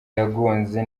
yagonze